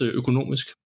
økonomisk